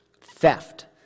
theft